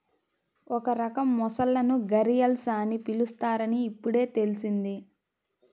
ఒక రకం మొసళ్ళను ఘరియల్స్ అని పిలుస్తారని ఇప్పుడే తెల్సింది